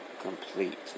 complete